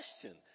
question